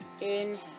inhale